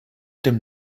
dem